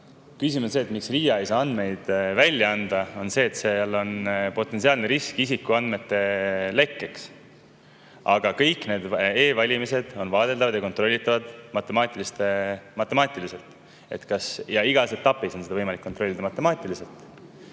Küsimus, miks RIA ei saa andmeid välja anda. Seal on potentsiaalne risk isikuandmete lekkeks. Aga kõik e‑valimised on vaadeldavad ja kontrollitavad matemaatiliselt ja igas etapis on neid võimalik kontrollida matemaatiliselt.